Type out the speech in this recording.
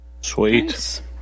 Sweet